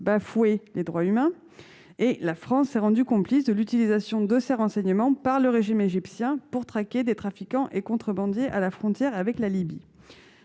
bafouaient les droits humains. La France s'est rendue complice de l'utilisation de ces renseignements par le régime égyptien pour traquer des trafiquants et des contrebandiers à la frontière avec la Libye.